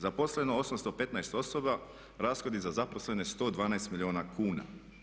Zaposleno 815 osoba, rashodi za zaposlene 112 milijuna kuna.